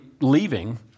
leaving